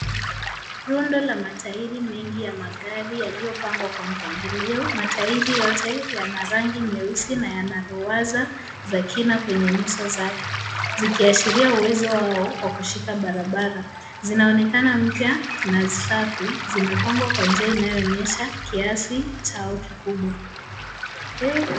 Rundo la matairi mengi ya magari yaliyopangwa kwa mpangilio. Matairi yoteyana rangi nyeusi na yana ruwaza za kina kwenye nyuso zake, zikiashiria uwezo wao wa kushika barabara. Zinaonekana mpya na safi. Zimepangwa kwa njia inayoonyesha kiasi chao kikubwa.